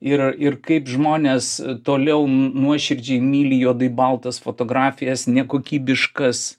ir ir kaip žmonės toliau nuoširdžiai myli juodai baltas fotografijas nekokybiškas